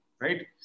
right